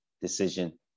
decision